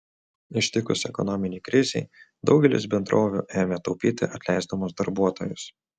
ištikus ekonominei krizei daugelis bendrovių ėmė taupyti atleisdamos darbuotojus